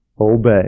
Obey